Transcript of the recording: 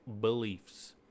beliefs